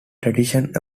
traditions